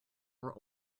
were